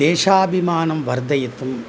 देशाभिमानं वर्धयितुं